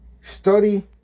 Study